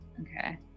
Okay